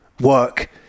Work